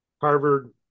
Harvard